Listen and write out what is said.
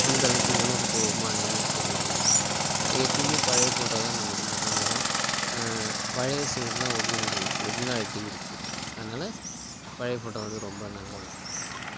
அந்தளவுக்கு உணர்வுப்பூர்வமா இருக்கிறது இல்லை எப்போயிமே பழைய ஃபோட்டோ தான் நமக்கு நிரந்தரம் பழைய ஒரிஜினல் ஒரிஜினாலிட்டி இருக்குது அதனால் பழைய ஃபோட்டோ வந்து ரொம்ப நல்லது